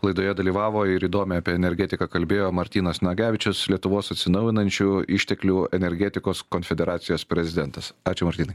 laidoje dalyvavo ir įdomiai apie energetiką kalbėjo martynas nagevičius lietuvos atsinaujinančių išteklių energetikos konfederacijos prezidentas ačiū martynai